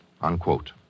unquote